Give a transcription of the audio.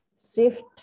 shift